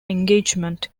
engagement